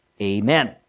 Amen